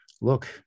look